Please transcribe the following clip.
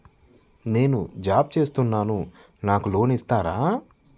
నేను జాబ్ చేస్తున్నాను నాకు లోన్ ఇస్తారా?